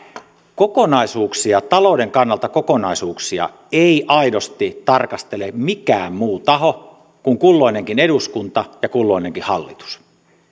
kokonaisuuksia talouden kannalta kokonaisuuksia ei aidosti tarkastele mikään muu taho kuin kulloinenkin eduskunta ja kulloinenkin hallitus